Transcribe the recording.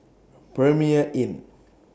Premier Inn